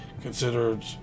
considered